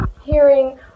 hearing